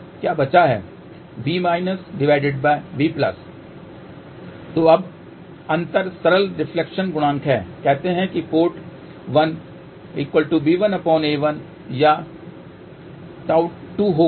V−V तो अब अंतर सरल रिफ्लेक्शन गुणांक है कहते हैं कि पोर्ट 1 Γ1b1a1 या Γ2 होगा